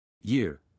Year